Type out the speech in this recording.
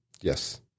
Yes